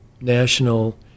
national